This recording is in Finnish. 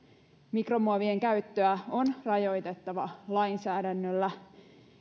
mikromuovien käyttöä on rajoitettava lainsäädännöllä